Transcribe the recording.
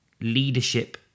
leadership